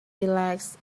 relaxed